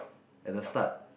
at the start